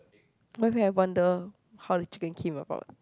but you have wonder how the chicken came about